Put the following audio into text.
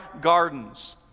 gardens